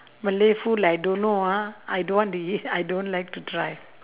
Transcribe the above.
malay food like I don't know ah I don't want to eat I don't like to try